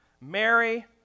Mary